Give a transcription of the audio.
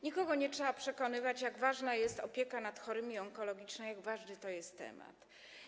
Nikogo nie trzeba przekonywać, jak ważna jest opieka nad chorymi onkologicznie, jak ważny to jest temat.